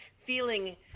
feeling